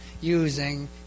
using